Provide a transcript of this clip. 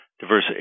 diverse